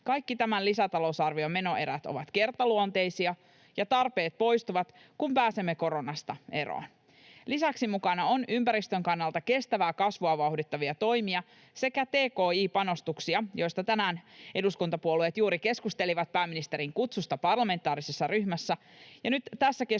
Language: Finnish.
Kaikki tämän lisätalousarvion menoerät ovat kertaluonteisia, ja tarpeet poistuvat, kun pääsemme koronasta eroon. Lisäksi mukana on ympäristön kannalta kestävää kasvua vauhdittavia toimia sekä tki-panostuksia, joista tänään eduskuntapuolueet juuri keskustelivat pääministerin kutsusta parlamentaarisessa ryhmässä,